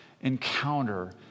encounter